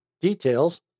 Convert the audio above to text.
Details